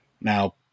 Now